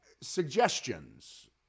suggestions